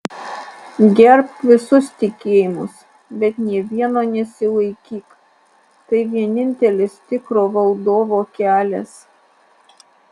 gerbk visus tikėjimus bet nė vieno nesilaikyk tai vienintelis tikro valdovo kelias